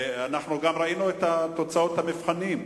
ראינו גם את תוצאות המבחנים.